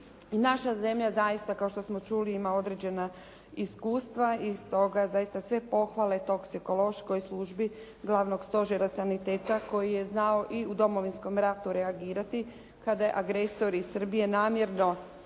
Naša zemlja zaista kao što smo čuli ima određena iskustva i stoga zaista sve pohvale toksikološkoj službi Glavnog stožera saniteta koji je znao i u Domovinskom ratu reagirati kada je agresor iz Srbije namjerno